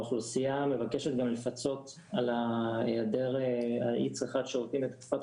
והאוכלוסייה מבקשת גם לפצות על אי צריכת השירותים בתקופת